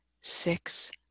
six